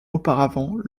auparavant